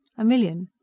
a million.